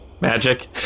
Magic